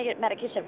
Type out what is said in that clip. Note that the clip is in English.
medication